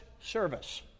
service